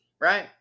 right